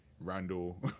randall